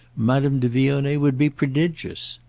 madame de vionnet would be prodigious.